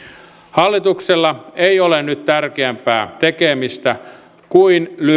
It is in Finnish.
hallituksella ei ole nyt tärkeämpää tekemistä kuin